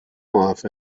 off